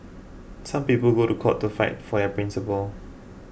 some people go to court to fight for principles